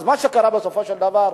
אבל מה שקרה בסופו של דבר,